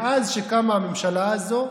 מאז שקמה הממשלה הזאת,